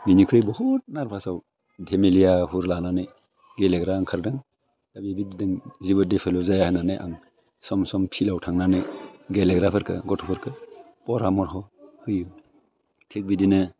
बेनिख्रुइ बहुथ नारबासआव घेमेलिया हुर लानानै गेलेग्रा ओंखारदों दा बेबायदिदों जेबो डेभेलप जाया होन्नानै आं सम सम फिल्दआव थांनानै गेलेग्राफोरखौ गथ'फोरखौ परहा मरह' होयो थिग बिदिनो